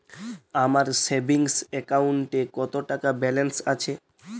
আমার সেভিংস অ্যাকাউন্টে কত টাকা ব্যালেন্স আছে?